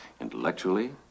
intellectually